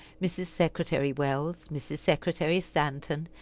mrs. secretary wells, mrs. secretary stanton,